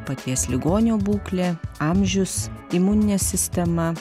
paties ligonio būklė amžius imuninė sistema